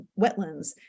wetlands